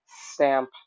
stamp